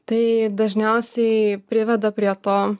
tai dažniausiai priveda prie to